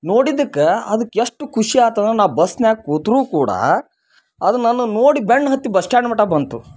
ನೋಡಿದ್ದಕ್ಕೆ ಅದಕ್ಕೆ ಎಷ್ಟು ಖುಷಿ ಆಯ್ತಂದ್ರೆ ನಾನು ಬಸ್ಸಿನ್ಯಾಗ್ ಕೂತ್ರು ಕೂಡ ಅದು ನನ್ನನ್ನ ನೋಡಿ ಬೆನ್ನು ಹತ್ತಿ ಬಸ್ಸ್ಟ್ಯಾಂಡ್ ಮಟ್ಟ ಬಂತು